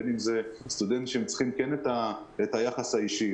בין אם אלו סטודנטים שצריכים את היחס האישי,